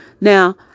Now